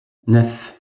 neuf